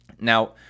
Now